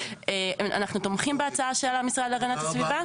אנחנו תומכים בהצעה של המשרד להגנת הסביבה.